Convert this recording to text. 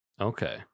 Okay